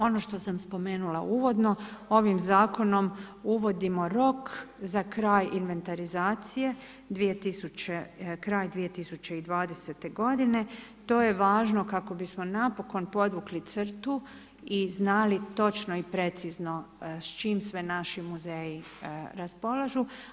Ono što sam spomenula uvodno ovim zakonom uvodimo rok za kraj inventarizacije kraj 2020. godine, to je važno kako bismo napokon podvukli crtu i znali točno i precizno s čim sve naši muzeji raspolažu.